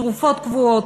תרופות קבועות,